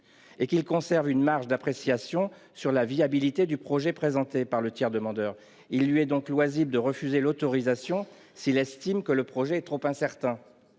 et qu'il conserve une marge d'appréciation sur la viabilité du projet présenté par le tiers demandeur. Il lui est loisible de refuser l'autorisation s'il estime que le projet est trop incertain.